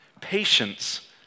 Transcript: Patience